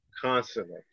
constantly